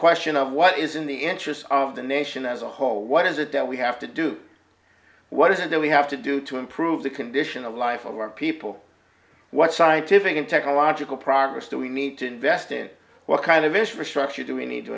question of what is in the interest of the nation as a whole what is it that we have to do what is it that we have to do to improve the condition of life of our people what scientific and technological progress do we need to invest in what kind of infrastructure doing need to